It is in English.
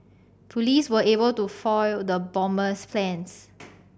police were able to foil the bomber's plans